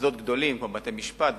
מוסדות גדולים כמו בתי-משפט,